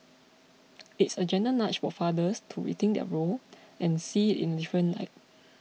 it's a gentle nudge for fathers to rethink their role and see it in a different light